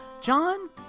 John